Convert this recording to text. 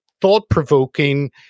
thought-provoking